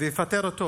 ויפטר אותו.